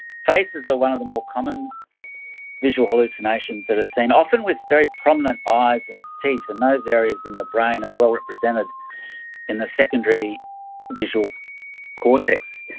faces are one of the more common visual hallucinations that are seen, often with very prominent eyes and teeth, and those areas in the brain are well represented in the secondary visual cortex.